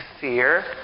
fear